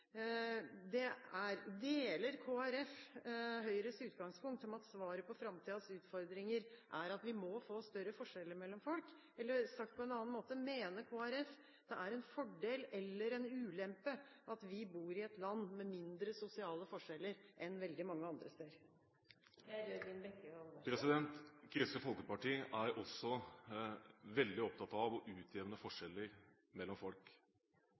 er: Deler Kristelig Folkeparti Høyres utgangspunkt om at svaret på framtidens utfordringer er at vi må få større forskjeller mellom folk? Eller sagt på en annen måte: Mener Kristelig Folkeparti at det er en fordel eller en ulempe at vi bor i et land med mindre sosiale forskjeller enn i veldig mange andre land? Kristelig Folkeparti er også veldig opptatt av å utjevne forskjeller mellom folk.